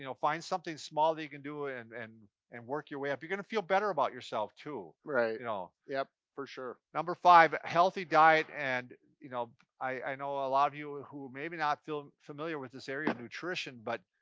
you know find something small that you can do, and and and work your way up. you're gonna feel better about yourself, too. right. you know? yep, for sure. number five healthy diet, and you know i know a lot of you and who maybe not feel familiar with this area of nutrition, but